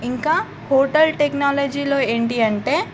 ఇంకా హోటల్ టెక్నాలజీలో ఏంటి అంటే